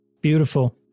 Beautiful